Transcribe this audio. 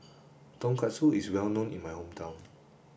tonkatsu is well known in my hometown